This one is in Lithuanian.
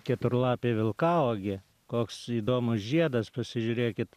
keturlapė vilkauogė koks įdomus žiedas pasižiūrėkit